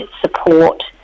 support